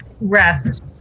rest